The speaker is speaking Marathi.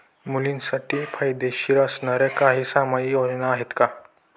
मुलींसाठी फायदेशीर असणाऱ्या काही सामाजिक योजना आहेत का?